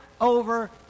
over